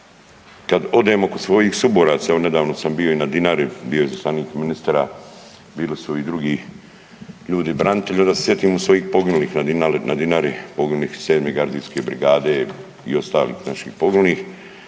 kad odemo kod svojih suboraca, evo nedavno sam bio i na Dinari, bio je izaslanik ministra, bili su i drugi ljudi branitelji, onda se sjetim svojim poginulih na Dinari, poginulih 7. gardijske brigade i ostalih naših poginulih.